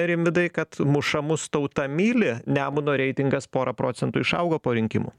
rimvydai kad mušamus tauta myli nemuno reitingas pora procentų išaugo po rinkimų